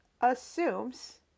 assumes